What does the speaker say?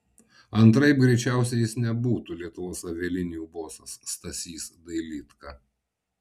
antraip greičiausiai jis nebūtų lietuvos avialinijų bosas stasys dailydka